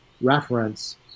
reference